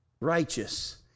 righteous